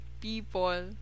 people